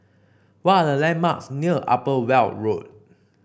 what are the landmarks near Upper Weld Road